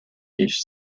his